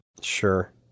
Sure